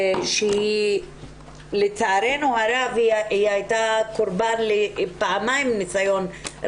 שלצערנו הרב הייתה קורבן לשני ניסיונות